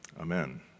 Amen